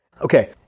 Okay